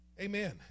Amen